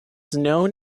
known